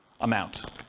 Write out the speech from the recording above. amount